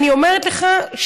אני אומרת לך,